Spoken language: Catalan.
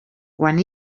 quan